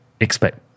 expect